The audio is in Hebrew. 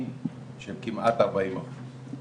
מקדמים של כמעט ארבעים אחוז.